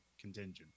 contingent